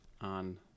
on